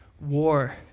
war